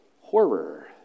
horror